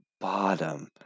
bottom